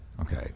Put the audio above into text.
Okay